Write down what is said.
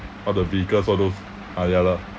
all the vehicles all those ah ya lah